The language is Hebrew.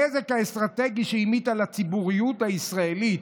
הנזק האסטרטגי שהמיט על הציבוריות הישראלית